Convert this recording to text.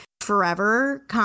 forever